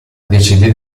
decide